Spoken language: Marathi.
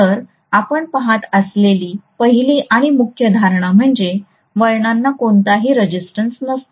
तर आपण पहात असलेली पहिली आणि मुख्य धारणा म्हणजे वळणांना कोणताही रेजिस्टन्स नसतो